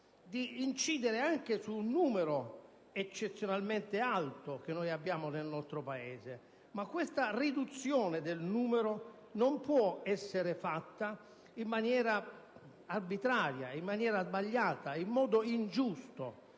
di incidere anche sul numero eccezionalmente alto di avvocati che abbiamo nel nostro Paese. Ma questa riduzione del numero non può essere fatta in maniera arbitraria, in maniera sbagliata, in modo ingiusto